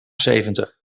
zeventig